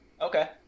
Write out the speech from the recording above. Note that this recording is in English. okay